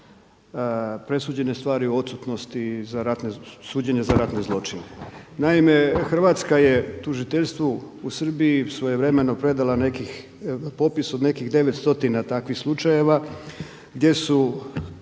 presuđene stvari u odsutnosti suđenje za ratne zločine. Naime Hrvatska je tužiteljstvu u Srbiji svojevremeno predala nekih, popis od nekih 9 stotina takvih slučajeva gdje su,